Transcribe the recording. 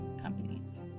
companies